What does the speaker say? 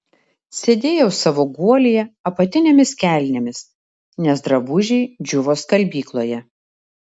sėdėjau savo guolyje apatinėmis kelnėmis nes drabužiai džiūvo skalbykloje